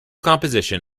composition